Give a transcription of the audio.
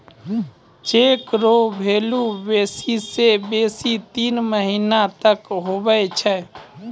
cheque रो भेल्यू बेसी से बेसी तीन महीना तक हुवै छै